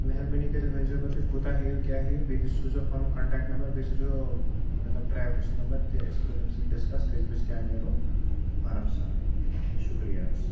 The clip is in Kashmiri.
مہربٲنی کٔرِتھ ؤنۍزیو مےٚ تُہۍ کوٗتاہ ہیٚیُو کیٛاہ ہیٚیُو بیٚیہِ سوٗزیو پَنُن کَنٹیکٹ نمبر بیٚیہِ سوٗزیو مطلب ڈرٛایورٕ سُنٛد نمبر تہِ أسۍ کَرَو تٔمِس سۭتۍ ڈِسکَس کٔژِ بَجہِ کیٛاہ نیرو آرام سان شُکریہ حظ